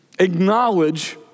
acknowledge